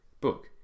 book